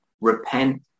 repent